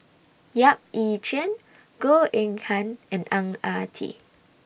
Yap Ee Chian Goh Eng Han and Ang Ah Tee